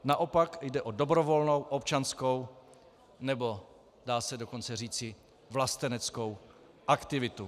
Naopak jde o dobrovolnou občanskou, nebo dá se dokonce říci vlasteneckou aktivitu.